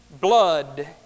blood